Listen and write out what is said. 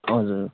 हजुर